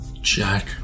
Jack